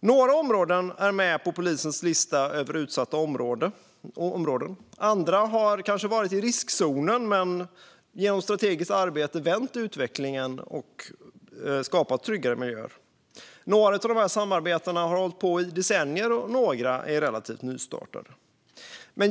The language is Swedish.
Några områden är med på polisens lista över utsatta områden, andra har kanske varit i riskzonen men genom strategiskt arbete vänt utvecklingen och skapat tryggare miljöer. Några av dessa samarbeten har hållit på i decennier, och några är relativt nystartade.